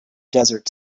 desert